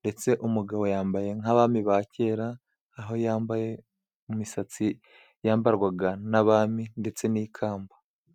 ndetse umugabo yambaye, nk'abami ba kera aho yambaye imisatsi, yambarwaga n'abami ndetse n'ikamba.